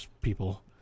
people